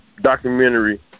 documentary